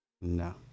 no